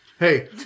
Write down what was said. Hey